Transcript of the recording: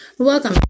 Welcome